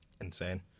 Insane